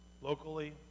locally